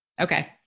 Okay